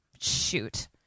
Shoot